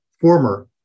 former